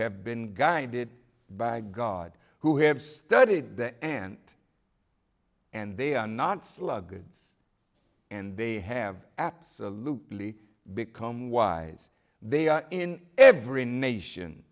have been guided by god who have studied the ant and they are not slugs and they have absolutely become wise they are in every nation